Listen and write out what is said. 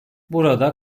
burada